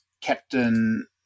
Captain